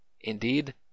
Indeed